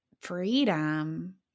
freedom